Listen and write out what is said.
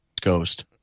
ghost